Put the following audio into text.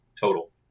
total